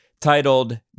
titled